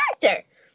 character